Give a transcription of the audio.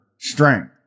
strength